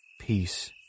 peace